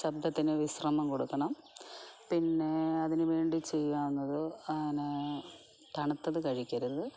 ശബ്ദത്തിനു വിശ്രമം കൊടുക്കണം പിന്നെ അതിനുവേണ്ടി ചെയ്യാമെന്നത് പിന്നെ തണുത്തത് കഴിക്കരുത്